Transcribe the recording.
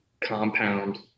compound